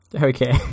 Okay